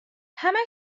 همش